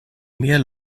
mehr